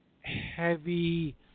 heavy